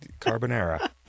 Carbonara